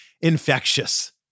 infectious